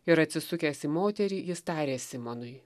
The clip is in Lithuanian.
ir atsisukęs į moterį jis tarė simonui